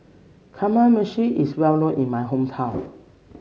Kamameshi is well known in my hometown